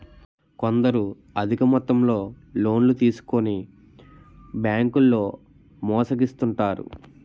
కొందరు అధిక మొత్తంలో లోన్లు తీసుకొని బ్యాంకుల్లో మోసగిస్తుంటారు